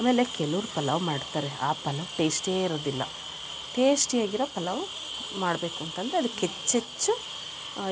ಆಮೇಲೆ ಕೆಲವ್ರು ಪಲಾವ್ ಮಾಡ್ತಾರೆ ಆ ಪಲಾವ್ ಟೇಸ್ಟೇ ಇರುವುದಿಲ್ಲ ಟೇಸ್ಟಿಯಾಗಿರೋ ಪಲಾವ್ ಮಾಡಬೇಕಂತಂದ್ರೆ ಅದಕ್ಕೆ ಹೆಚ್ಚೆಚ್ಚು